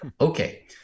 Okay